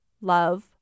Love